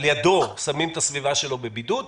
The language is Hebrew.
על ידו שמים את הסביבה שלו בבידוד,